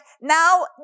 now